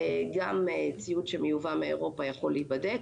גם ציוד שמיובא מאירופה יכול להיבדק,